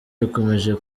bikomeje